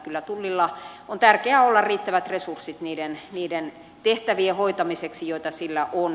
kyllä tullilla on tärkeää olla riittävät resurssit niiden tehtävien hoitamiseksi joita sillä on